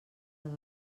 les